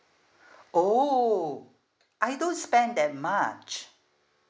oh I don't spend that much